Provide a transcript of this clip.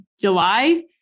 July